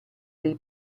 dei